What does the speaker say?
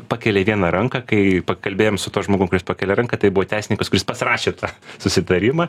pakėlė vieną ranką kai pakalbėjom su tuo žmogum kuris pakėlė ranką tai buvo teisininkas kuris pas rašė tą susitarimą